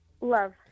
Love